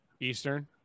Eastern